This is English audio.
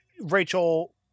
Rachel